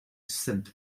saint